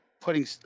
putting